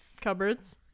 cupboards